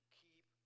keep